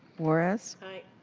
juarez. aye.